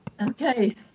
Okay